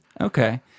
Okay